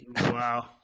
Wow